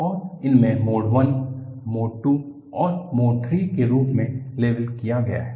और इन्हें mode I mode II और मोड III के रूप में लेबल किया गया है